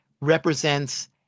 represents